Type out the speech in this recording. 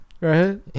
right